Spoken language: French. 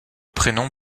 prénom